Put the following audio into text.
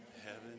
heaven